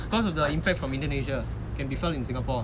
because of the impact from indonesia can be felt in singapore